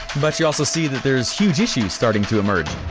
but you also see that there is huge issues starting to emerge.